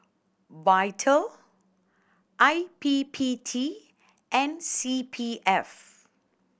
Vital I P P T and C P F